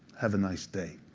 have a nice day.